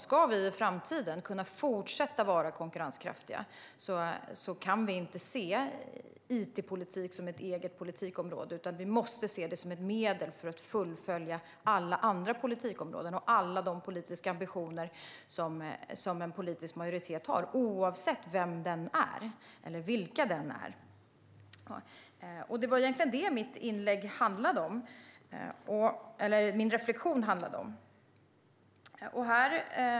Ska vi i framtiden kunna fortsätta vara konkurrenskraftiga kan vi inte se it-politik som ett eget politikområde, utan vi måste se det som ett medel för att fullfölja alla de ambitioner som en politisk majoritet - oavsett vilken den är - har på alla andra politikområden. Det var egentligen det min reflektion handlade om.